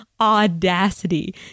audacity